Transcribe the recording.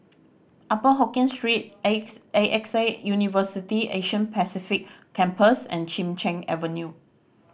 Upper Hokkien Street X A X A University Asia Pacific Campus and Chin Cheng Avenue